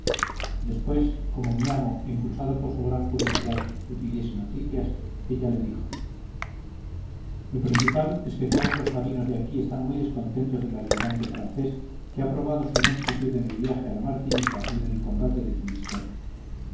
después como mi amo impulsado por su gran curiosidad le pidiese noticias ella le dijo lo principal es que todos los marinos de aquí están muy descontentos del almirante francés que ha probado su ineptitud en el viaje a la martinica y en el combate de finisterre